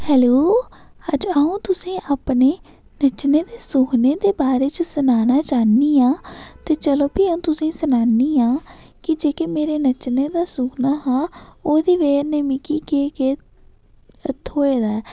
hello अज्ज अं'ऊ तुसें गी अपने बचपनै दे सुक्खने दे बारे च सनाना चाह्न्नी आं ते चलो प्ही अ'ऊ तुसेंगी सनान्नी आं कि जेह्के मेरे बचपनै दा सुखना हा ओह्दी बजह् कन्नै मिगी केह् केह् थ्होए दा ऐ